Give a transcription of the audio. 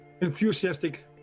enthusiastic